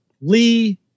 Lee